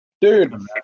Dude